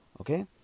okay